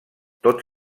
tot